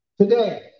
Today